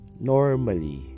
normally